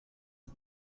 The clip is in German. ist